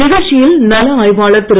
நிகழ்ச்சியில் நல ஆய்வாளர் திரு